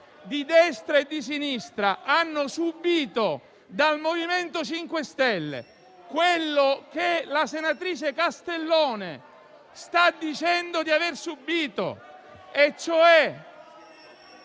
di destra e di sinistra, hanno subito dal MoVimento 5 Stelle quello che la senatrice Castellone sta dicendo di aver subito, cioè